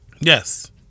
Yes